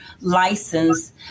license